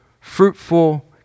fruitful